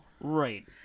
Right